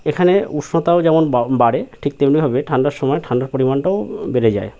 এখানে উষ্ণতাও যেমন বাড়ে ঠিক তেমনিভাবে ঠান্ডার সময় ঠান্ডার পরিমাণটাও বেড়ে যায়